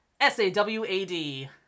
S-A-W-A-D